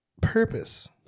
purpose